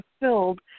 fulfilled